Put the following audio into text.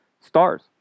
stars